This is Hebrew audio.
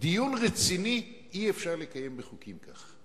דיון רציני אי-אפשר לקיים בחוקים כך,